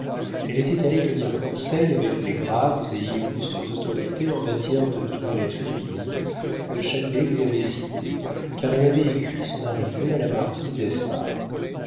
elle était allée tenir conseil avec les graves et illustres autorités en matière de toilette féminine que châtelet lui avait citées car elle avait écrit son arrivée à la marquise d'espard